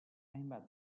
hainbat